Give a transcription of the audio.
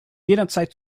jederzeit